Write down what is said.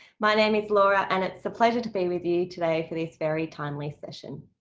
my name is laura, and it's a pleasure to be with you today for this very timely session.